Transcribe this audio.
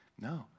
No